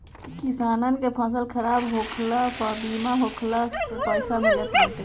किसानन के फसल खराब होखला पअ बीमा होखला से पईसा मिलत बाटे